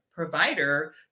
provider